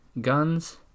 guns